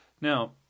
Now